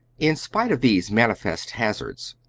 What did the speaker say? in spite of these manifest hazards,